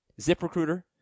ZipRecruiter